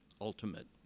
ultimate